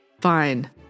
Fine